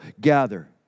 gather